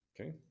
Okay